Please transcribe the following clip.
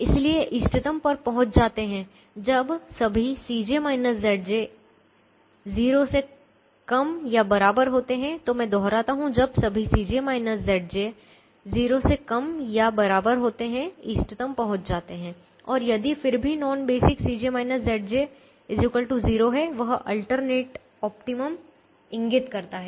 इसलिए इष्टतम पर पहुँच जाते है जब सभी ≤ 0 होते हैं तो मैं दोहराता हूँ जब सभी ≤ 0 होते हैं इष्टतम पहुँच जाते है और यदि फिर भी नॉन बेसिक 0 है वह अल्टरनेट ऑप्टिमम इंगित करता है